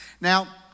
Now